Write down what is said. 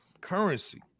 Currency